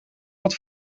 had